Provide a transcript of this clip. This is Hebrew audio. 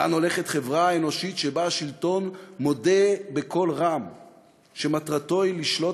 לאן הולכת חברה אנושית שבה השלטון מודה בקול רם שמטרתו היא לשלוט